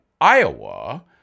Iowa—